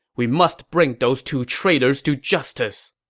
we must bring those two traitors to justice!